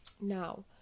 Now